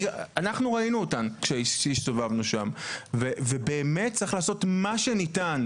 אנחנו ראינו אותן כאשר הסתובבנו שם ובאמת צריך לעשות מה שניתן,